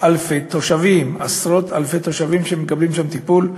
אלפי תושבים, עשרות אלפי תושבים שמקבלים שם טיפול,